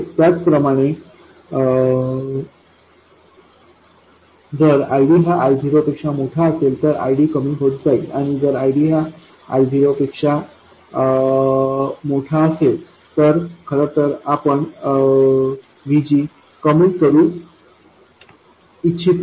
त्याचप्रमाणे जर ID हा I0 पेक्षा मोठा असेल तर VD कमी होत जाईल आणि जर ID हा I0 पेक्षा मोठा असेल तेव्हा खरंतर आपण VG कमी करू इच्छितो